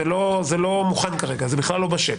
זה בכלל לא מוכן כרגע, זה בכלל לא בשל.